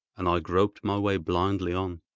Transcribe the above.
and i groped my way blindly on.